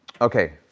Okay